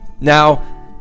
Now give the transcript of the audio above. Now